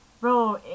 Bro